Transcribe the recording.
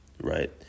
right